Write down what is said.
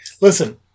listen